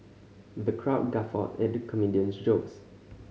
the crowd guffawed at the comedian's jokes